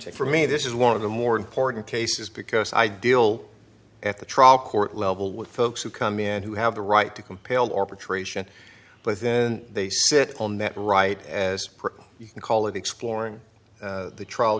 take for me this is one of the more important cases because i deal at the trial court level with folks who come in who have the right to compel arbitration but then they sit on that right as you call it exploring the trial